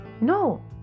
No